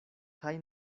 kaj